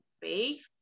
faith